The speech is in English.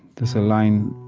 there's a line,